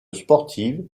sportive